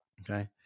Okay